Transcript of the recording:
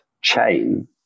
chain